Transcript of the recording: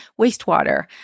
wastewater